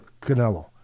Canelo